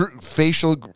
facial